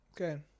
Okay